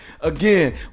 Again